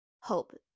hope